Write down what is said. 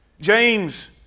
James